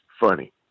funny